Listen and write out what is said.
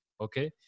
Okay